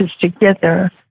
together